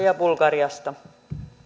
ja bulgariasta